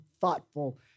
thoughtful